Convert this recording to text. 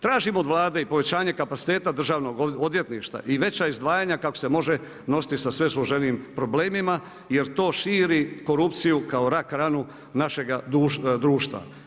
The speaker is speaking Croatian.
Tražim od Vlade i povećanje kapaciteta Državnog odvjetništva i veća izdvajanja kako se može nositi sa sve složenijim problemima jer to širi korupciju kao rak ranu našega društva.